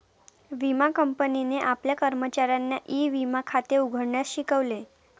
विमा कंपनीने आपल्या कर्मचाऱ्यांना ई विमा खाते उघडण्यास शिकवले